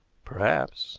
perhaps